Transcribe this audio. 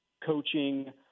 coaching